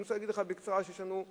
אני רוצה להגיד לך בקצרה שיש לנו,